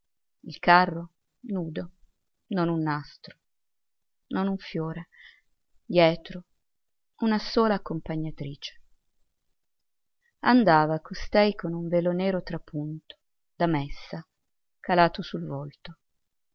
il carro nudo non un nastro non un fiore dietro una sola accompagnatrice andava costei con un velo nero trapunto da messa calato sul volto